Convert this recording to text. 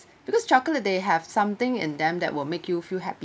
because chocolate they have something in them that will make you feel happy